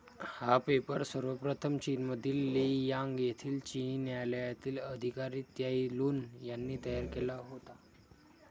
हा पेपर सर्वप्रथम चीनमधील लेई यांग येथील चिनी न्यायालयातील अधिकारी त्साई लुन यांनी तयार केला होता